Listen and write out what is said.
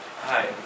Hi